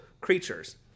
creatures